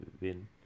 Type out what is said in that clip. win